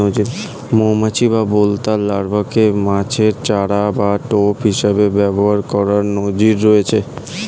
মৌমাছি বা বোলতার লার্ভাকে মাছের চার বা টোপ হিসেবে ব্যবহার করার নজির রয়েছে